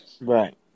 Right